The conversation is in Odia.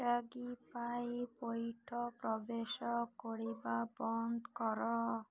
ସ୍ଵିଗି ପାଇଁ ପଇଠ ପ୍ରୋସେସ୍ କରିବା ବନ୍ଦ କର